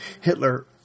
Hitler